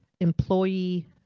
employee